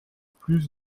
plus